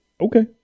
Okay